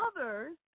others